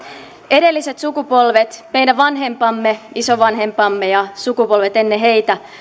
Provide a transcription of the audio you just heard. edelliset sukupolvet meidän vanhempamme isovanhempamme ja sukupolvet ennen heitä